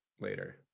later